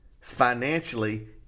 financially